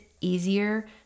easier